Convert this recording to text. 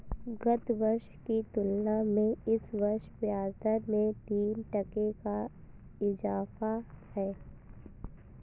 गत वर्ष की तुलना में इस वर्ष ब्याजदर में तीन टके का इजाफा है